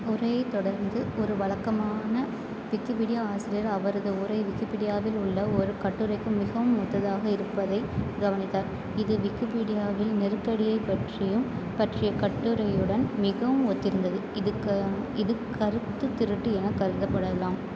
உரையைத் தொடர்ந்து ஒரு வழக்கமான விக்கிபீடியா ஆசிரியர் அவரது உரை விக்கிப்பீடியாவில் உள்ள ஒரு கட்டுரைக்கு மிகவும் ஒத்ததாக இருப்பதைக் கவனித்தார் இது விக்கிபீடியாவில் நெருக்கடியைப் பற்றியும் பற்றிய கட்டுரையுடன் மிகவும் ஒத்திருந்தது இதுக்கு இது கருத்துத் திருட்டு என கருதப்படலாம்